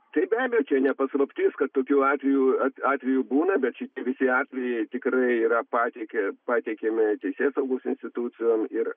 tai be abejo čia ne paslaptis kad tokių atvejų atvejų būna bet šitie visi atvejai tikrai yra pateikė pateikiami teisėsaugos institucijom ir